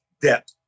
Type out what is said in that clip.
depth